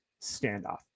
standoff